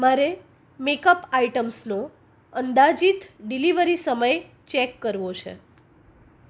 મારે make up આઇટમ્સનો અંદાજીત ડિલિવરી સમય ચેક કરવો છે